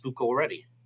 already